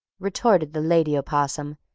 retorted the lady opossum.